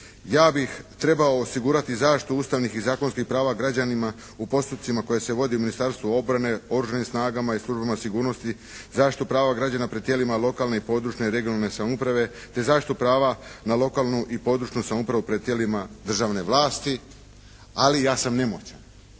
ja bih trebao osigurati zaštitu ustavnih i zakonskih prava građanima u postupcima koji se vode u Ministarstvu obrane, Oružanim snagama i službama sigurnosti, zaštitu prava građana pred tijelima lokalne i područne, regionalne samouprave te zaštitu prava na lokalnu i područnu samoupravu pred tijelima državne vlasti. Ali ja sam nemoćan.